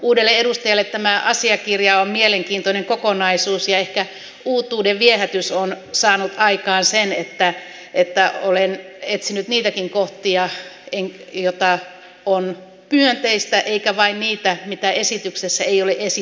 uudelle edustajalle tämä asiakirja on mielenkiintoinen kokonaisuus ja ehkä uutuudenviehätys on saanut aikaan sen että olen etsinyt niitäkin kohtia jotka ovat myönteisiä enkä vain niitä mihin esityksessä ei ole esitetty määrärahoja